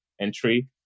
entry